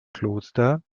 kloster